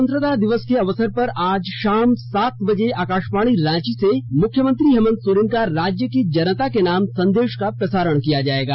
स्वतंत्रता दिवस के अवसर पर आज शाम सात बजे आकाशवाणी रांची से मुख्यमंत्री हेमंत सोरेन का राज्य की जनता के नाम संदेश का प्रसारण किया जाएगा